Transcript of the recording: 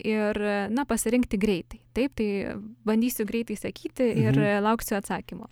ir na pasirinkti greitai taip tai bandysiu greitai sakyti ir lauksiu atsakymo